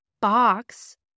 box